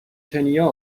کنیا